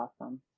awesome